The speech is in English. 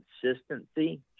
consistency